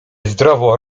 zdrowo